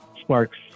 Sparks